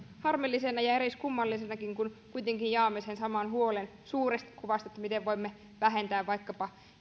harmillisena ja eriskummallisenakin kun kuitenkin jaamme sen saman huolen suuresta kuvasta että miten voimme vähentää vaikkapa